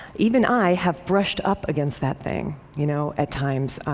even i have brushed up against that thing, you know at times.